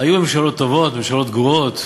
היו ממשלות טובות, ממשלות גרועות,